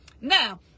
Now